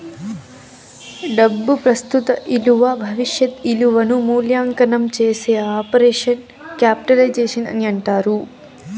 డబ్బు ప్రస్తుత ఇలువ భవిష్యత్ ఇలువను మూల్యాంకనం చేసే ఆపరేషన్ క్యాపిటలైజేషన్ అని అంటారు